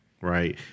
right